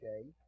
Okay